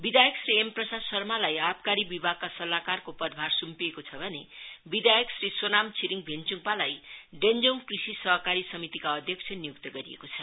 विधायक श्री एम प्रसाद शर्मालाई आबकारी विभागका सल्लाहकारको पदभार सुम्पिएको छ भने विधायक श्री सोनाम छिरिङ भेन्चुङपालाई डेन्जोङ कृषि सहकारी समितिका अध्यक्ष नियुक्त गरिएको छ